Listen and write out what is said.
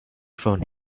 phone